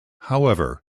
however